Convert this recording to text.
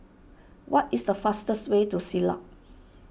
what is the fastest way to Siglap